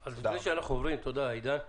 תודה, עידן.